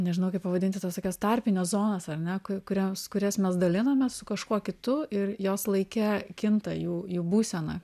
nežinau kaip pavadinti tas tokias tarpines zonas ar ne kurioms kurias mes dalinamės su kažkuo kitu ir jos laike kinta jų jų būsena